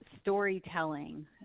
storytelling